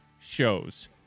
shows